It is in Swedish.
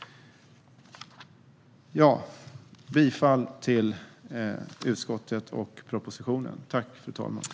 Jag yrkar bifall till utskottets förslag och propositionen, fru talman.